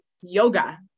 yoga